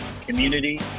community